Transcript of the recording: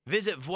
Visit